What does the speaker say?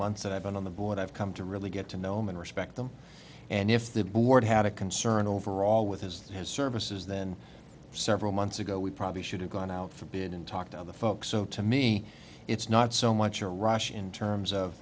months that i've been on the board i've come to really get to know him and respect them and if the board had a concern overall with his services then several months ago we probably should have gone out for bid and talk to other folks so to me it's not so much a rush in terms of